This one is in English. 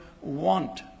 want